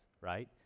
right